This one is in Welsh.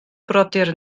brodyr